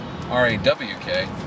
R-A-W-K